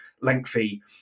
lengthy